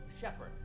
Shepard